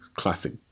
classic